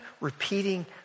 repeating